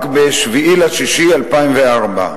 רק ב-7 ביוני 2004,